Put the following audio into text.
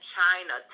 China